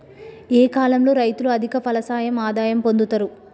ఏ కాలం లో రైతులు అధిక ఫలసాయం ఆదాయం పొందుతరు?